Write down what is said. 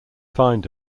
find